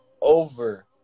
over